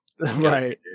Right